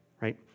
Right